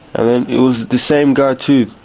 and and it was the same guy too,